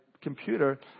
computer